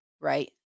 right